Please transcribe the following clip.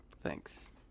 Thanks